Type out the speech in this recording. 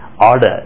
order